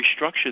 restructure